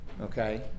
Okay